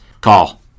Call